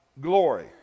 glory